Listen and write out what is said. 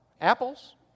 Apples